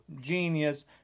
genius